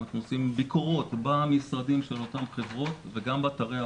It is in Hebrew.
אנחנו עושים ביקורות במשרדים של אותן חברות וגם באתרי העבודה,